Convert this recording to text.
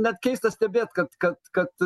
net keista stebėt kad kad kad